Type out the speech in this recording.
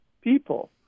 people